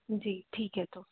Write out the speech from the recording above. जी ठीक है तो